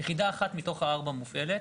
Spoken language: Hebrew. יחידה אחת מתוך הארבע מופעלת.